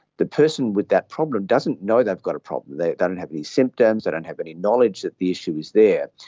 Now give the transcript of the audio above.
the person with that problem doesn't know they've got a problem. they don't and have any symptoms, they don't have any knowledge that the issue is there,